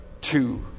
two